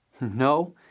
No